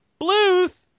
Bluth